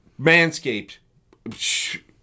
Manscaped